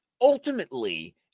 ultimately